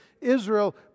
Israel